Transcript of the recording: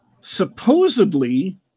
Supposedly